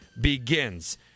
begins